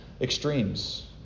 extremes